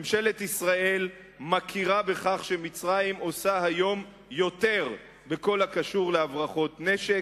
ממשלת ישראל מכירה בכך שמצרים עושה היום יותר בכל הקשור להברחות נשק,